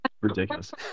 ridiculous